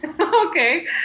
Okay